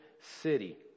city